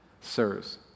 sirs